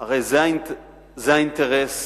זה האינטרס